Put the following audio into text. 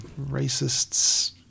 Racists